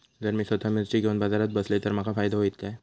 जर मी स्वतः मिर्ची घेवून बाजारात बसलय तर माका फायदो होयत काय?